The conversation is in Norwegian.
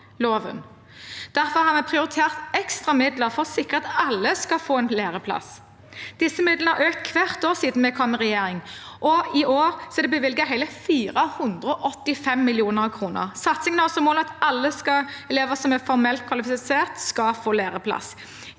Derfor har vi prioritert ekstra midler for å sikre at alle skal få en læreplass. Disse midlene har økt hvert år siden vi kom i regjering, og i år er det bevilget hele 485 mill. kr. Satsingen har som mål at alle elever som er formelt kvalifisert, skal få læreplass.